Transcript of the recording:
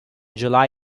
july